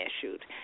issued